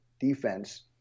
defense